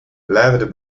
left